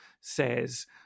says